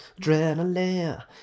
Adrenaline